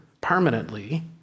permanently